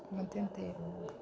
ಮತ್ತೆಂತ ಹೇಳುದು